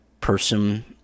person